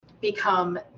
become